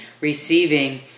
receiving